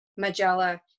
Magella